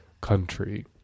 country